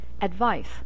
advice